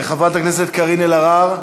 חברת הכנסת קארין אלהרר.